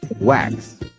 wax